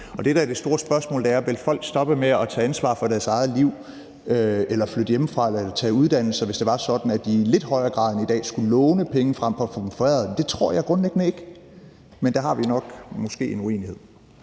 Og det, der er det store spørgsmål, er, om folk vil stoppe med at tage ansvar for deres eget liv eller flytte hjemmefra eller tage uddannelse, hvis det var sådan, at de i lidt højere grad end i dag skulle låne penge frem for at få dem foræret – det tror jeg grundlæggende ikke. Men der har vi nok måske en uenighed.